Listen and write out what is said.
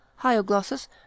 hyoglossus